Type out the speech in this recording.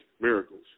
miracles